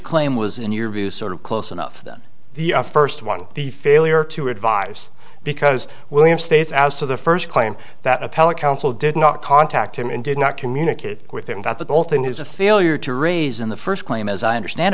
claim was in your view sort of close enough that the first one the failure to advise because william stays out of the first claim that appellate counsel did not contact him and did not communicate with him that's a whole thing is a failure to raise in the first claim as i understand